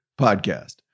podcast